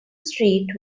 street